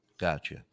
Gotcha